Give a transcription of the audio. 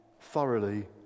thoroughly